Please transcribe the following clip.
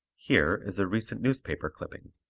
here is a recent newspaper clipping